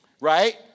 Right